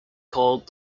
called